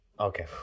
Okay